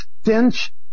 stench